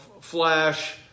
flash